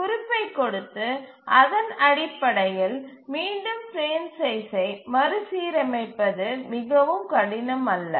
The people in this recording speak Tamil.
குறிப்பைக் கொடுத்து அதன் அடிப்படையில் மீண்டும் பிரேம் சைஸ்சை மறுசீரமைப்பது மிகவும் கடினம் அல்ல